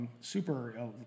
super